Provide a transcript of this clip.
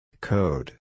Code